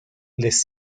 les